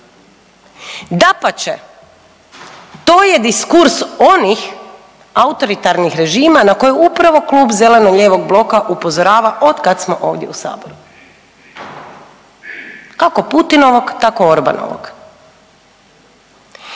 Dapače, to je diskurs onih autoritarnih režima na koje upravo zeleno-lijevog bloka upozorava od kad smo ovdje u saboru. Kako Putinovog, tako Orbanovog.